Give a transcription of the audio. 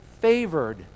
favored